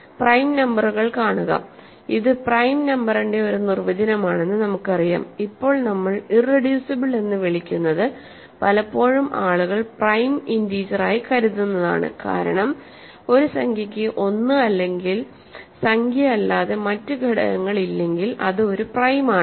prime നമ്പറുകൾ കാണുക ഇത് പ്രൈം നമ്പറിന്റെ ഒരു നിർവചനമാണെന്ന് നമുക്കറിയാം ഇപ്പോൾ നമ്മൾ ഇറെഡ്യുസിബിൾ എന്ന് വിളിക്കുന്നത് പലപ്പോഴും ആളുകൾ പ്രൈം ഇൻറിജറായി കരുതുന്നതാണ് കാരണം ഒരു സംഖ്യയ്ക്ക് ഒന്ന് അല്ലെങ്കിൽ സംഖ്യ അല്ലാതെ മറ്റ് ഘടകങ്ങളില്ലെങ്കിൽ അത് ഒരു പ്രൈം ആണ്